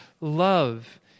love